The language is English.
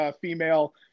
female